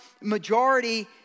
majority